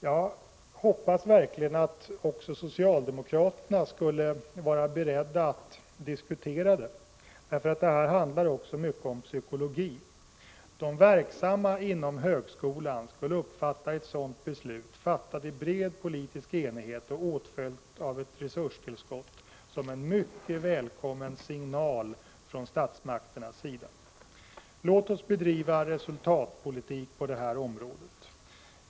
Jag hoppas verkligen att också socialdemokraterna är beredda att diskutera detta. Det handlar nämligen också mycket om psykologi. De verksamma inom högskolan skulle uppfatta ett sådant beslut fattat i bred politisk enighet och åtföljt av ett resurstillskott, som en mycket välkommen signal från statsmakternas sida. Låt oss bedriva resultatpolitik på det här området.